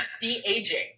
de-aging